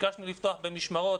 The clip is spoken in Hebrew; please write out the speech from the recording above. ביקשנו לפתוח במשמרות,